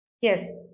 Yes